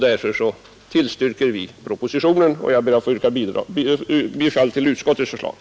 Därför tillstyrker vi propositionen, och jag ber att få yrka bifall till utskottets hemställan.